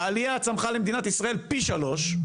העלייה למדינת ישראל צמחה פי שלושה,